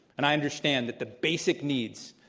and i understand that the basic needs,